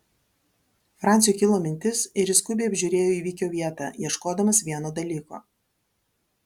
franciui kilo mintis ir jis skubiai apžiūrėjo įvykio vietą ieškodamas vieno dalyko